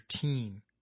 team